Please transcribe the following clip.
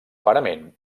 parament